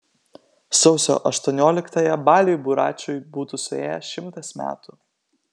sausio aštuonioliktąją baliui buračui būtų suėję šimtas metų